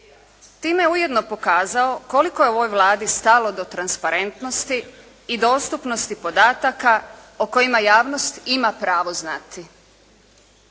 Time je ujedno pokazao koliko je ovoj Vladi stalo do transparentnosti i dostupnosti podataka o kojima javnost ima pravo znati.